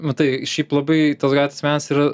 matai šiaip labai tas gatvės menas yra